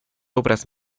obras